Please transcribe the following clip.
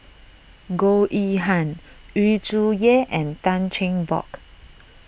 Goh Yihan Yu Zhuye and Tan Cheng Bock